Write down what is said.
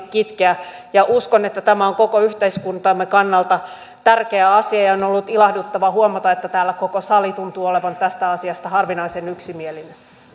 kitkeä uskon että tämä on koko yhteiskuntamme kannalta tärkeä asia ja on on ollut ilahduttavaa huomata että täällä koko sali tuntuu olevan tästä asiasta harvinaisen yksimielinen